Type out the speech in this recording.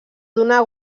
donar